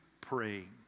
praying